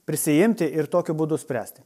prisiimti ir tokiu būdu spręsti